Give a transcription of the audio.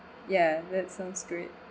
yeah that sounds great